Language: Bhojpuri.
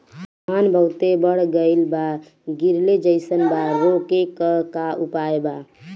धान बहुत बढ़ गईल बा गिरले जईसन बा रोके क का उपाय बा?